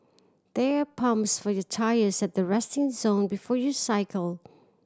there pumps for your tyres at the resting zone before you cycle